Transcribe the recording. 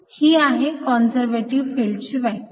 ही आहे conservative field ची व्याख्या